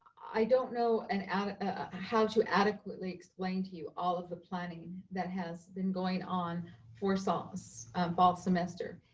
i don't know and and ah how to adequately explain to you all of the planning that has been going on for sort of fall semester.